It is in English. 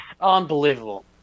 Unbelievable